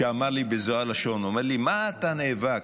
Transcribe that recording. שאמר לי בזו הלשון, אומר לי: מה אתה נאבק?